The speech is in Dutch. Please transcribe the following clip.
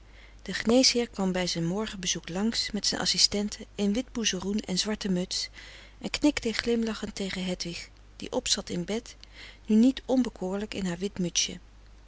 de geneesheer kwam bij zijn morgenbezoek langs met zijn assistenten in wit boezeroen en zwarte muts en knikte glimlachend tegen hedwig die opzat in bed nu niet onbekoorlijk in haar wit mutsje